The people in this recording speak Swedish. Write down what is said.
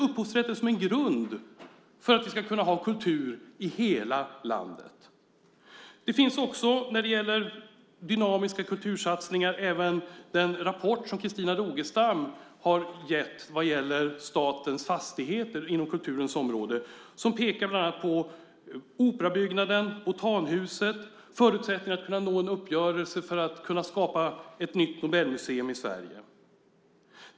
Upphovsrätten är en grund för att vi ska kunna ha kultur i hela landet. Det finns när det gäller kultursatsningar också den rapport som Christina Rogestam har gett om statens fastigheter inom kulturens område. Den pekar bland annat på operabyggnaden, Botanhuset och förutsättningarna för att kunna nå en uppgörelse för att skapa ett nytt Nobelmuseum i Sverige.